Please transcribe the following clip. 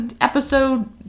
episode